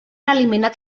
eliminat